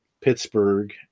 Pittsburgh